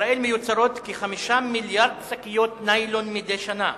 בישראל מיוצרות כ-5 מיליארדי שקיות ניילון מדי שנה,